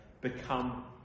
become